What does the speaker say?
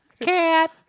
cat